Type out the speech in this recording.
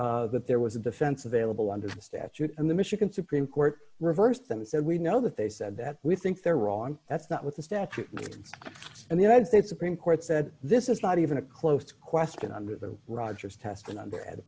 how that there was a defense available under the statute and the michigan supreme court reversed them so we know that they said that we think they're wrong that's not what the statute in the united states supreme court said this is not even a close question on the rogers test